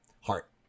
Heart